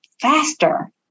faster